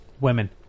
Women